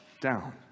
down